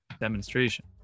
Demonstration